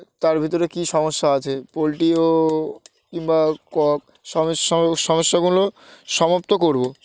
তার ভিতরে কী সমস্যা আছে পোলট্রিও কিংবা কক সম সমস্যাগুলো সমাপ্ত করবো